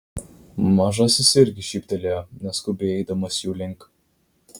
mažasis irgi šyptelėjo neskubiai eidamas jų link